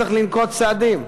צריך לנקוט צעדים,